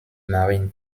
marine